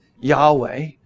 Yahweh